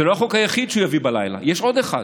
זה לא החוק היחיד שהוא יביא בלילה, יש עוד אחד,